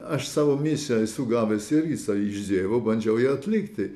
aš savo misiją esu gavęs ir visą iš dievo bandžiau jį atlikti